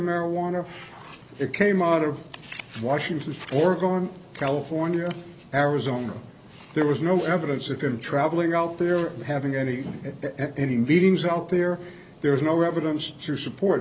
marijuana it came out of washington oregon california arizona there was no evidence if in traveling out there having any at any meetings out there there was no evidence to support